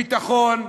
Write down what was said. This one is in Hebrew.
ביטחון,